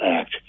act